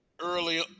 early